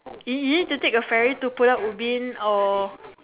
you you need to take a ferry to Pulau-Ubin or